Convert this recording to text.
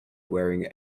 wearing